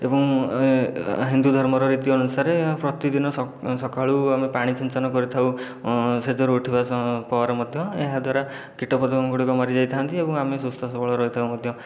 ଏବଂ ହିନ୍ଦୁ ଧର୍ମର ରୀତି ଅନୁସାରେ ପ୍ରତିଦିନ ସକାଳୁ ଆମେ ପାଣି ସିଞ୍ଚନ କରିଥାଉ ସେଜରୁ ଉଠିବା ପରେ ମଧ୍ୟ ଏହାଦ୍ଵାରା କୀଟପତଙ୍ଗ ଗୁଡ଼ିକ ମରିଯାଇଥାନ୍ତି ଏବଂ ଆମେ ସୁସ୍ଥ ସବଳ ରହିଥାଉ ମଧ୍ୟ